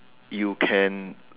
you can